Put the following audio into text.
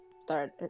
start